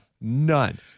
None